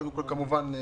כולנו